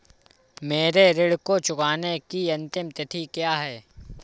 मेरे ऋण को चुकाने की अंतिम तिथि क्या है?